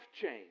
change